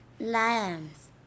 Lions